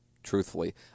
truthfully